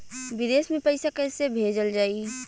विदेश में पईसा कैसे भेजल जाई?